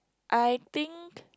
I think